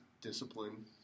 discipline